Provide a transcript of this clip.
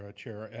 ah chair.